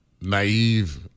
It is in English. naive